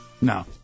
No